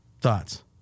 Thoughts